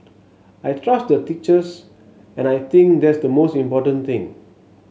I trust the teachers and I think that's the most important thing